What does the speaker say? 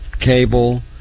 cable